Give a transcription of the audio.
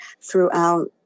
throughout